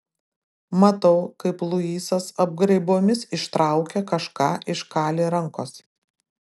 matau kaip luisas apgraibomis ištraukia kažką iš kali rankos